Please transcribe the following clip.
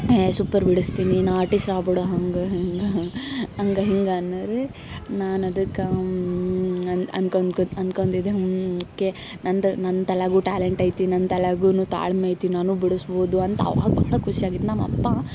ಏ ಸೂಪರ್ ಬಿಡಸ್ತಿ ನೀನು ಆರ್ಟಿಸ್ಟ್ ಆಗ್ಬಿಡು ಹಾಗ ಹೀಗ ಅಂಗ ಹಿಂಗ ಅನ್ನೋರು ನಾನು ಅದಕ್ಕೆ ಅನ್ ಅನ್ಕೊಂತ್ ಅನ್ಕೊಂದಿದ್ದೆ ಓಕೆ ನಂದ್ರ ನನ್ನ ತಲ್ಯಾಗು ಟ್ಯಾಲೆಂಟೈತಿ ನನ್ನ ತಲ್ಯಾಗುನು ತಾಳ್ಮೆ ಐತಿ ನಾನು ಬಿಡಿಸ್ಬೋದು ಅಂತ ಅವತ್ತು ಖುಷಿಯಾಗಿತ್ತು ನಮ್ಮಪ್ಪ